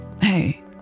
Hey